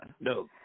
no